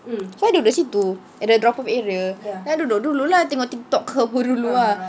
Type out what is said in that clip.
so I duduk situ at the drop off area duduk dulu lah tengok TikTok ke apa dulu ah